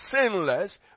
sinless